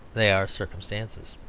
they are circumstances.